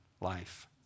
life